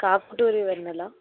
కాకుటూరి వెన్నెల